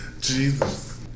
Jesus